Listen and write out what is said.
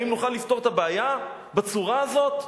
האם נוכל לפתור את הבעיה בצורה הזאת?